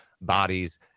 bodies